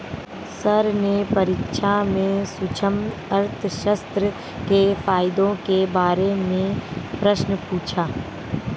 sir ने परीक्षा में सूक्ष्म अर्थशास्त्र के फायदों के बारे में प्रश्न पूछा